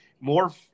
more